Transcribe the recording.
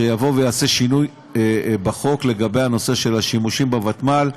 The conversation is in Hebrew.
שיעשה שינוי בחוק לגבי השימוש בוותמ"ל,